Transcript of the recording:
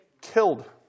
killed